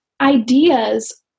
Ideas